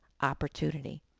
opportunity